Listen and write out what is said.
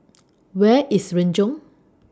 Where IS Renjong